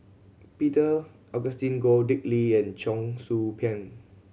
Peter Augustine Goh Dick Lee and Cheong Soo Pieng